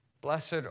Blessed